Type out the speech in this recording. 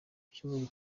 cyumweru